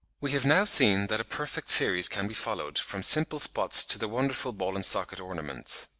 we have now seen that a perfect series can be followed, from simple spots to the wonderful ball-and-socket ornaments.